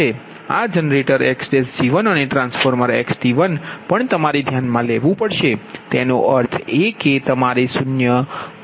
આ generator xg1 અને transformer xT1 પણ તમારે ધ્યાનમાં લેવું પડશે તેનો અર્થ એ કે તમારે તે 0